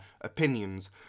opinions